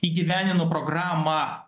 įgyvendino programą